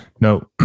No